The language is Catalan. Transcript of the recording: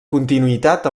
continuïtat